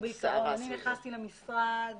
אני נכנסתי למשרד